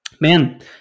Man